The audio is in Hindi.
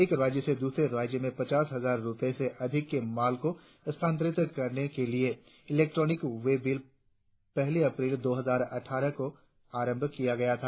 एक राज्य से दूसरे राज्य में पचास हजार रुपये से अधिक के माल को स्थानांतरित करने के लिए इलेक्ट्रॉनिक वे बिल पहली अप्रैल दो हजार अट्ठारह को आरंभ किया गया था